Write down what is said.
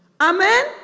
amen